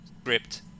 script